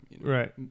Right